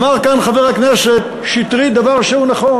אמר כאן חבר הכנסת שטרית דבר נכון.